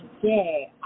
today